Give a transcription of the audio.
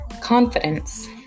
confidence